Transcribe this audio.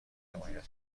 حمایت